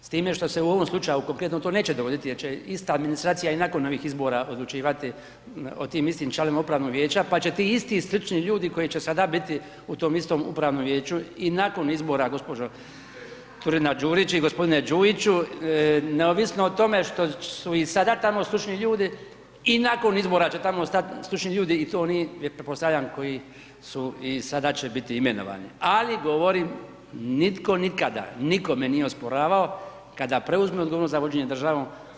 S time što se u ovom slučaju konkretno to neće dogoditi jer će ista administracija i nakon ovih izbora odlučivati o tim istim članovima upravnog vijeća pa će ti isti stručni ljudi koji će sada biti u tom istom upravnom vijeću i nakon izbora gospođo Turina Đurić i gospodine Đujiću, neovisno o tome što su i sada tamo stručni ljudi i nakon izbora će tamo ostati stručni ljudi i to oni pretpostavljam koji su i sada će biti imenovani, ali govorim nitko nikada nikome nije osporavao kada preuzme odgovornost za vođenje državnom.